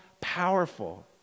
powerful